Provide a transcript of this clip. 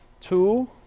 Two